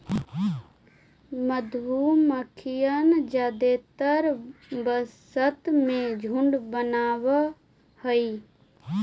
मधुमक्खियन जादेतर वसंत में झुंड बनाब हई